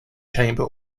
chamber